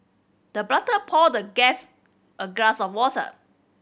the butler poured the guest a glass of water